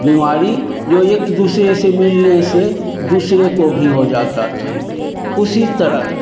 बीमारी जो एक दूसरे से मिलने से दूसरे को भी हो जाती थी उसी तरह